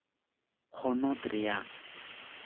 ᱦᱚᱱᱚᱛ ᱨᱮᱭᱟᱜ